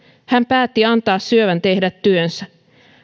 hän päätti antaa syövän tehdä työnsä